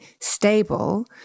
stable